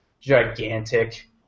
gigantic